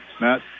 Matt